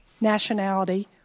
nationality